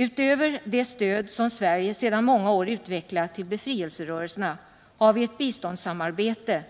Utöver det stöd som Sverige sedan många år utvecklat till befrielserörelserna har vi ett biståndssamarbete